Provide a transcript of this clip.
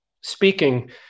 speaking